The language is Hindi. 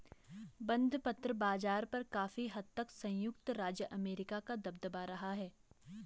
बंधपत्र बाज़ार पर काफी हद तक संयुक्त राज्य अमेरिका का दबदबा रहा है